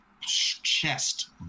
chest